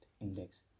index